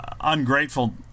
ungrateful